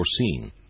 foreseen